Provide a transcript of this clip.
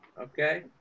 Okay